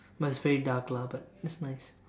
must very dark lah but it's nice